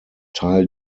teil